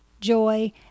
joy